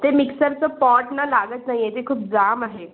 ते मिक्सरचं पॉट ना लागत नाही आहे ते खूप जाम आहे